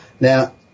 Now